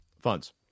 funds